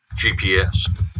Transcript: GPS